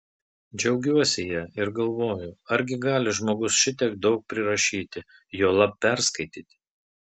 džiaugiuosi ja ir galvoju argi gali žmogus šitiek daug prirašyti juolab perskaityti